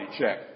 check